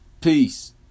Peace